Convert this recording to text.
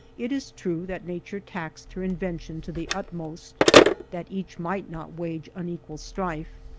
it is true that nature taxed her invention to the utmost that each might not wage unequal strife.